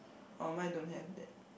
oh mine don't have that